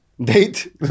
date